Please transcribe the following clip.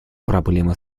проблемы